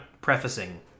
prefacing